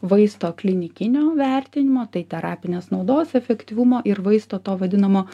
vaisto klinikinio vertinimo tai terapinės naudos efektyvumo ir vaisto to vadinamo